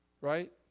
right